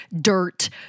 dirt